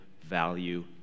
value